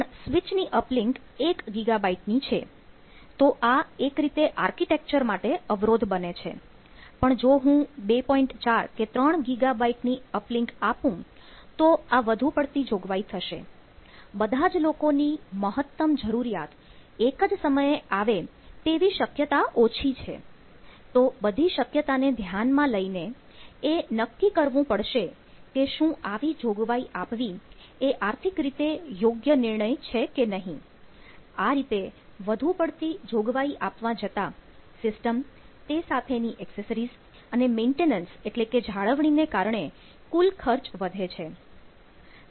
પણ સ્વીચ ની uplink અને મેન્ટેનન્સ એટલે કે જાળવણી ને કારણે કુલ ખર્ચ વધે છે